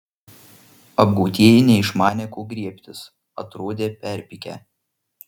apgautieji neišmanė ko griebtis atrodė perpykę